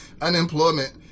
unemployment